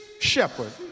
shepherd